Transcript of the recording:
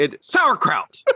Sauerkraut